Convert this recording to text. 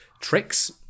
tricks